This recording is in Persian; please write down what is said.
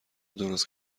درست